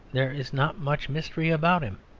there is not much mystery about him.